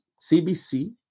CBC